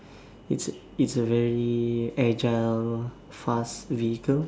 it's a very agile fast vehicle